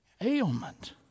Ailment